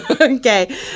Okay